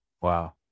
Wow